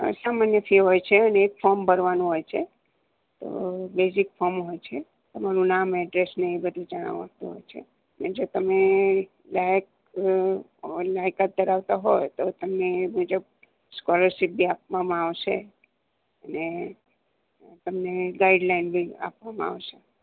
અ સામાન્ય ફી હોય છે અને એક ફોમ ભરવાનું હોય છે તો બેઝિક ફોમ હોય છે તમારું નામ એડ્રેસ ને એ બધું જણાવવાનું હોય છે અને જે તમે લાયક લાયકાત ધરાવતા હોય તો તમને એ મુજબ સ્કોલરશીપ બી આપવામાં આવશે અને તમને ગાઇડલાઇન બી આપવામાં આવશે